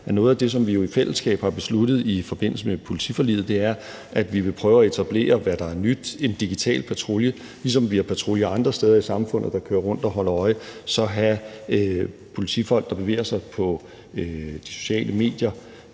noget af det, som vi jo i fællesskab har besluttet i forbindelse med politiforliget, er, at vi vil prøve at etablere en digital patrulje – hvad der er nyt. Ligesom vi har patruljer andre steder i samfundet, der kører rundt og holder øje, skal vi have politifolk, der bevæger sig på de sociale medier